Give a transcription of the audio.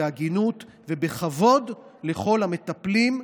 בהגינות ובכבוד לכל המטפלים,